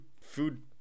food